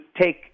take